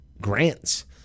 grants